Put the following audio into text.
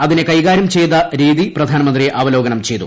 അതിനെ കൈകാരൃം ചെയ്ത രീതി പ്രധാനമന്ത്രി അവലോകനം ചെയ്തു